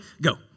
Go